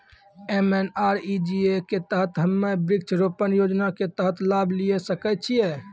MNREGA के तहत हम्मय वृक्ष रोपण योजना के तहत लाभ लिये सकय छियै?